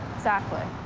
exactly.